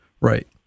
right